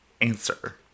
answer